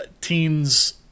Teens